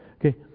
Okay